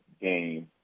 game